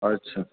अच्छा